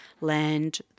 land